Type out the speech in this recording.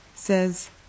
says